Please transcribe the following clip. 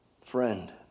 Friend